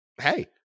Hey